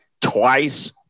twice